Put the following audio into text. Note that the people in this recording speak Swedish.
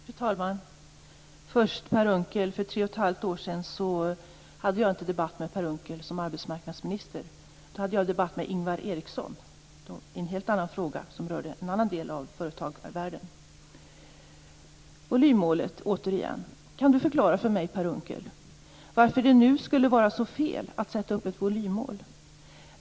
Fru talman! Först till Per Unckel: För tre och ett halvt år sedan hade jag inte en debatt med Per Unckel som arbetsmarknadsminister, utan jag hade då en debatt med Ingvar Eriksson i en helt annan fråga, som rörde en annan del av företagarvärlden. Volymmålet återigen. Kan Per Unckel förklara för mig varför det nu skulle vara så fel att sätta upp ett volymmål?